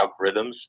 algorithms